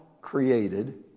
created